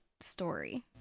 story